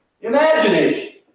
Imagination